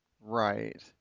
Right